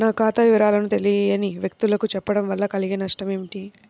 నా ఖాతా వివరాలను తెలియని వ్యక్తులకు చెప్పడం వల్ల కలిగే నష్టమేంటి?